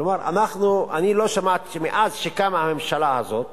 כלומר, אני לא שמעתי מאז קמה הממשלה הזאת